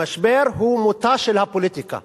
המשבר הוא מותה של הפוליטיקה,